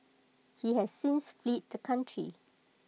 he has since fled the country